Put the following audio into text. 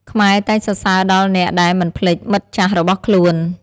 ខ្មែរតែងសរសើរដល់អ្នកដែលមិនភ្លេចមិត្តចាស់របស់ខ្លួន។